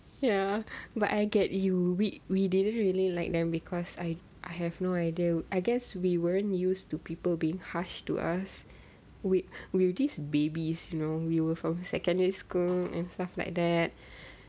ya but I get you we we didn't really like them because I I have no idea I guess we weren't used to people being harsh to us we were still babies you know we were from secondary school and stuff like that